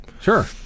sure